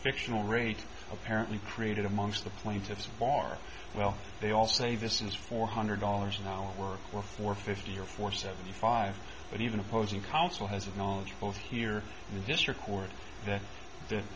fictional rate apparently created amongst the plaintiffs far well they all say this is four hundred dollars an hour or more for fifty or for seventy five but even opposing counsel has of knowledge both here in the district court that that